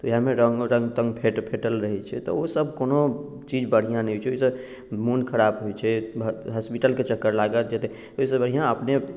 तऽ उएहमे रङ्ग रङ्ग तङ्ग फेँटल रहैत छै तऽ ओसभ कोनो चीज बढ़िआँ नहि होइत छै ओहिसँ मोन खराब होइत छै हॉस्पिटलके चक्कर लागत जे ओहिसँ बढ़िआँ अपने